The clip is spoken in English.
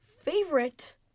favorite